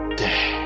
day